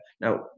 Now